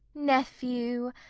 nephew,